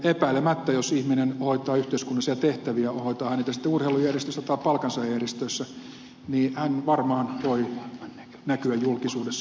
epäilemättä jos ihminen hoitaa yhteiskunnallisia tehtäviä hoitaa hän niitä sitten urheilujärjestöissä tai palkansaajajärjestöissä niin hän varmaan voi näkyä julkisuudessa